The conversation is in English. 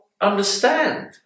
understand